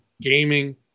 gaming